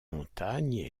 montagne